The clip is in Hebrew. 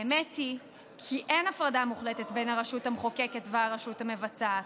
האמת היא כי אין הפרדה מוחלטת בין הרשות המחוקקת והרשות המבצעת,